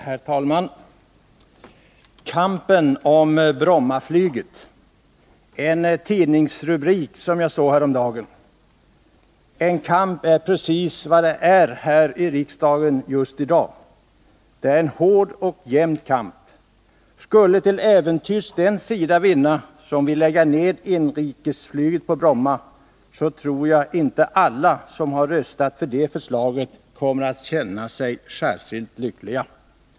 Herr talman! ”Kampen om Brommaflyget” lydde en tidningsrubrik som jag såg häromdagen. En kamp är precis vad det är här i riksdagen just i dag. Det är en hård och jämn kamp. Skulle till äventyrs den sida vinna som vill lägga ned inrikesflyget på Bromma, tror jag inte att alla som har röstat för det förslaget kommer att känna sig särskilt lyckliga.